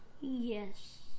Yes